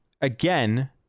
again